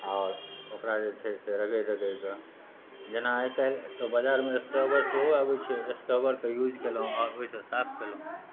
आओर ओकरा जे छै से रगड़ि रगड़िके जेना आइ काल्हिके बजारमे स्क्रबर सेहो अबैत छै स्क्रबरके यूज केलहुँ आओर ओहि से साफ केलहुँ